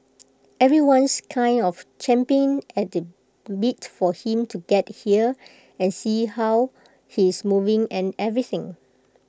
everyone's kind of champing at the bit for him to get here and see how he's moving and everything